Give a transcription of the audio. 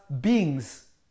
beings